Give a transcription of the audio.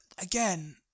again